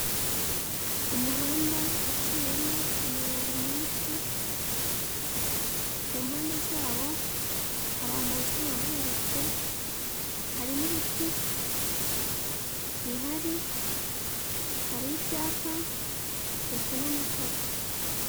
Umuhanda uciyemo imirongo myinshi, ku mpande zawo hari amazu ahubatse, hari n'ibiti bihari, hari ibyapa ndetse n'amatara.